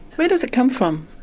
where does it come from?